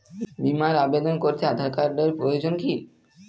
বিমার আবেদন করতে আধার কার্ডের প্রয়োজন কি?